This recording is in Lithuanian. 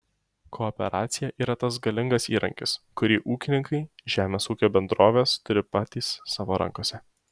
kooperacija yra tas galingas įrankis kurį ūkininkai žemės ūkio bendrovės turi patys savo rankose